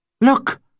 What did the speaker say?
Look